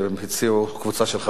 הצעות מס'